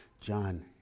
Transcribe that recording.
John